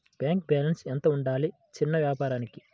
Bank balance ఎంత ఉండాలి చిన్న వ్యాపారానికి?